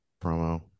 promo